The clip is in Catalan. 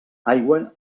aigua